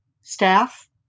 staff